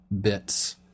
bits